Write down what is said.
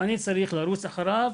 אני צריך לרוץ אחריו,